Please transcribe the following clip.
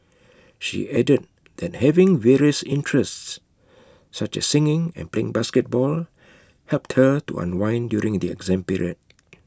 she added that having various interests such as singing and playing basketball helped her to unwind during the exam period